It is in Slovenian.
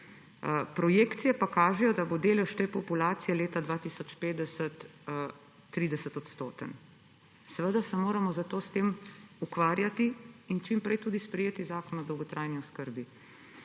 Projekcije pa kažejo, da bo delež te populacije leta 2050 30 %. Seveda se moramo zato s tem ukvarjati in čim prej tudi sprejeti zakon o dolgotrajni oskrbi.